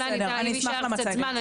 בסדר, אני אשמח למצגת.